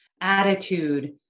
attitude